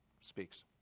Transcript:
speaks